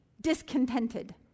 discontented